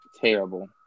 Terrible